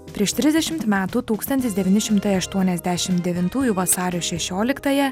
prieš trisdešimt metų tūkstantis devyni šimtai aštuoniasdešimt devintųjų vasario šešioliktąją